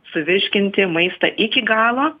suvirškinti maistą iki galo